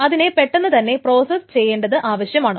അതിനെ പെട്ടെന്ന് തന്നെ പ്രോസസ്സ് ചെയ്യേണ്ടത് ആവശ്യമാണ്